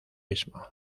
mismo